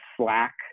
slack